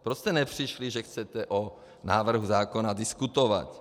Proč jste nepřišli, že chcete o návrhu zákona diskutovat?